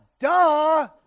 Duh